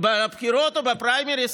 בבחירות או בפריימריז,